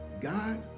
God